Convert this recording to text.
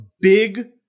big